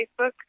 Facebook